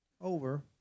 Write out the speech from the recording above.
over